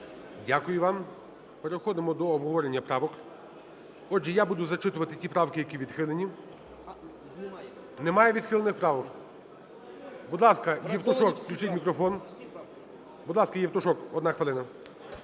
Дякую вам. Переходимо до обговорення правок. Отже, я буду зачитувати ті правки, які відхилені. Немає відхилених правок. Будь ласка, Євтушок. Включіть мікрофон. Будь ласка, Євтушок, 1 хвилина.